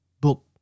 book